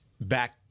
back